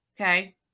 okay